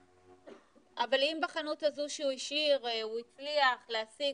אבל אם בחנות הזו שהוא השאיר הוא הצליח להשיג,